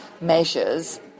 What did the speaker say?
measures